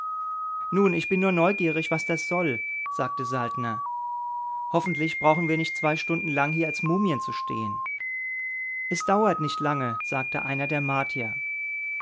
nun bin ich nur neugierig was das soll sagte saltner hoffentlich brauchen wir nicht zwei stunden lang hier als mumien zu stehen es dauert nicht lange sagte einer der martier